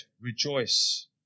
rejoice